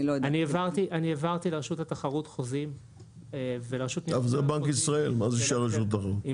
אני העברתי לרשות לתחרות חוזים ולרשות לניירות ערך.